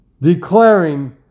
declaring